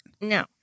No